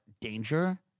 danger